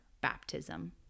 baptism